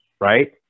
right